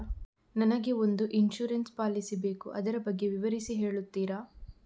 ನನಗೆ ಒಂದು insurance policy ಬೇಕು ಅದರ ಬಗ್ಗೆ ವಿವರಿಸಿ ಹೇಳುತ್ತೀರಾ?